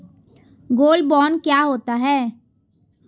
Gold bond क्या होता है?